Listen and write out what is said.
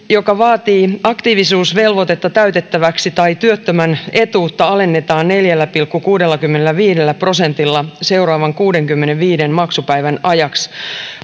joka vaatii aktiivisuusvelvoitetta täytettäväksi tai työttömän etuutta alennetaan neljällä pilkku kuudellakymmenelläviidellä prosentilla seuraavan kuudenkymmenenviiden maksupäivän ajaksi